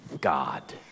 god